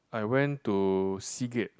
I went to Seagate